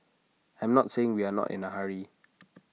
I'm not saying we are not in A hurry